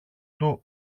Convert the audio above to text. του